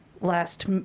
last